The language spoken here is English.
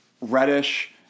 Reddish